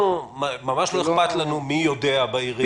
לנו ממש לא אכפת מי יודע בעירייה.